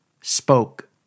spoke